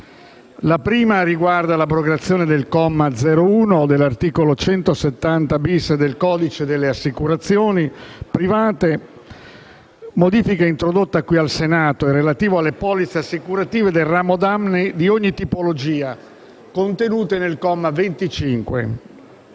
La prima riguarda l'abrogazione del comma 01 dell'articolo 170-*bis* del codice delle assicurazioni private, modifica introdotta al Senato, relativo alle polizze assicurative del ramo danni di ogni tipologia contenute nel comma 25.